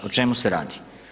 O čemu se radi?